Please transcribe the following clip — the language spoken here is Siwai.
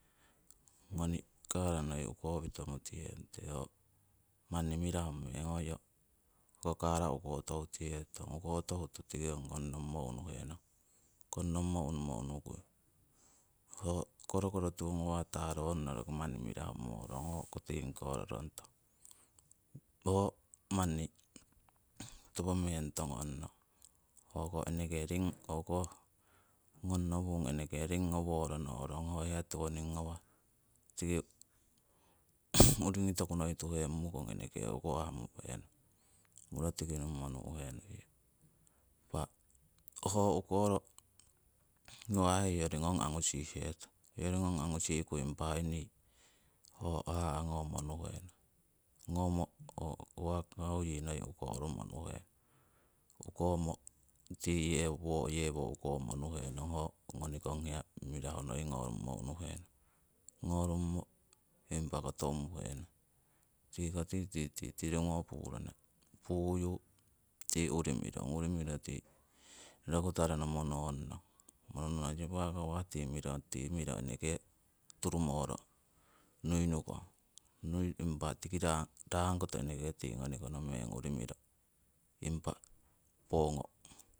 Ngoni kara noi ukopito mutihe nute ho manni mirahu meng, hoyo ho kara ukoto hutihe tute, ukoto huto ongi kongnommo unuhenong, kongnommo unumo unukui, ho korokoro tiwo ngawah taronno roki manni mirahu morong hoyoko tingiko rorongtong. Ho manni topo meng tongonnong hoko eneke ring ngong nopun eneke ring noworo no'rong ho hiya tiwoning ngawah, tiki uringi toku noi tuhe mu'kong eneke ukowah muhenong. Muro tiki nummo nu'he nuiyong. Impa ho ukoro nawa'ho hoinong angu si'hetong. Hoyori ngong angu si'ku ho haha' ngomo nuhe nong, ngomo ho kakau ii noi ukorumo nuhe nong. Ukomo tii ii woo yewo ukorumo nuhenong ho ngoni kong hiya noi ngorumo unu henong ngorumo. Impa koto umuhe nong. Tiko titii tirungo purana, puyu tii uri mirong. Uri miro tii rokutarono mononno sipakawah ti mirong ti miro eneke turmoro nui nukong, nui impa tiki rangkoto nee ngoni kono uri meng miro pongo